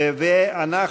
אנחנו